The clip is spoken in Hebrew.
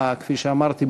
כפי שאמרתי,